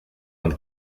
und